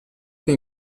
che